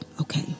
okay